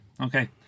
okay